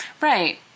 Right